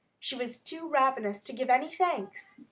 she was too ravenous to give any thanks,